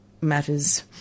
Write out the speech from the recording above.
matters